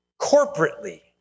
corporately